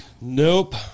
nope